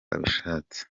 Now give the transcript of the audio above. abishatse